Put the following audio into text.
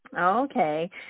okay